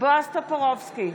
בועז טופורובסקי,